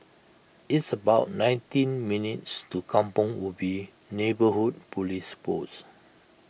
it's about nineteen minutes' to Kampong Ubi Neighbourhood Police Post